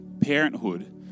parenthood